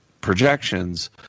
projections